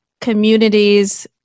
communities